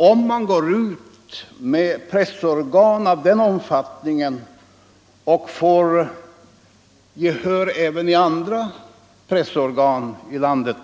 Om man går ut med ett pressorgan av den storleken och får gehör även i andra pressorgan i landet,